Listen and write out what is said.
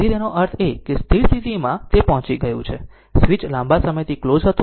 તેથી તેનો અર્થ એ કે સ્થિર સ્થિતિમાં તે પહોંચી ગયું છે સ્વીચ લાંબા સમયથી ક્લોઝ હતું